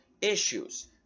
issues